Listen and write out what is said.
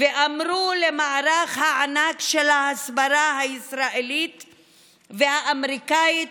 ואמרו למערך הענק של ההסברה הישראלית והאמריקאית,